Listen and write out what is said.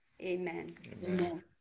amen